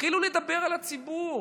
ותתחילו לדבר אל הציבור.